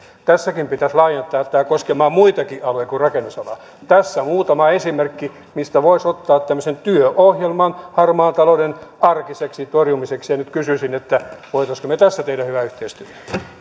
tässäkin pitäisi laajentaa tämä koskemaan muitakin aloja kuin rakennusalaa tässä muutama esimerkki mistä voisi ottaa tämmöisen työohjelman harmaan talouden arkiseksi torjumiseksi ja nyt kysyisin voisimmeko me tässä tehdä hyvää yhteistyötä